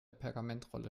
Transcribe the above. pergamentrolle